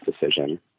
decision